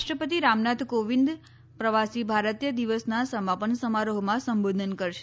રાષ્ટ્રપતિ રામનાથ કોંવિદ પ્રવાસી ભારતીય દિવસનાં સમાપન સમારોહમાં સંબોધન કરશે